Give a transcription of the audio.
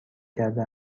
کرده